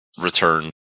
return